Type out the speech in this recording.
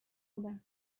بودن